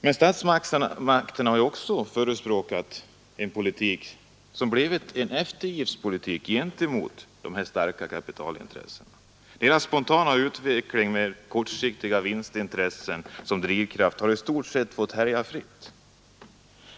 Men statsmakterna har ju också förespråkat en politik som blivit en eftergiftspolitik gentemot dessa starka kapitalintressen. Den spontana utvecklingen med kortsiktiga vinstintressen som drivkraft har i stort sett fått härja fritt.